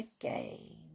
again